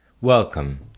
welcome